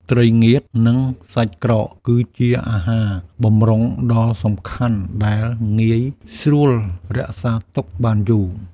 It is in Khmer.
ត្រីងៀត និងសាច់ក្រក គឺជាអាហារបម្រុងដ៏សំខាន់ដែលងាយស្រួលរក្សាទុកបានយូរ។